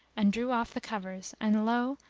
and drew off the covers and lo!